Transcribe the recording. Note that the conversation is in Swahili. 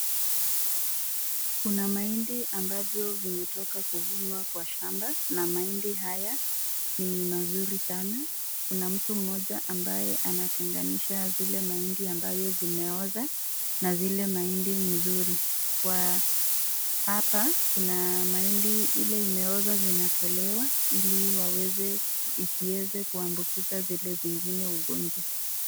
Kuna mahindi ambavyo vimetoka kuvunwa kwa shamba na mahindi haya ni mazuri sana, kuna mtu mmoja ambaye anatenganisha zile mahindi ambayo zimeoza, na zile mahindi mzuri, kwa hapa kuna mahindi ile mzuri zinatolewa, ili isieze kuambukiza zile zingine ugonjwa.